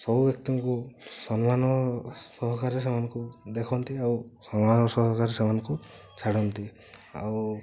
ସବୁ ବ୍ୟକ୍ତିଙ୍କୁ ସମ୍ମାନ ସହକାରେ ସେମାନଙ୍କୁ ଦେଖନ୍ତି ଆଉ ସମ୍ମାନ ସହକାରେ ସେମାନଙ୍କୁ ଛାଡ଼ନ୍ତି ଆଉ